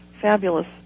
fabulous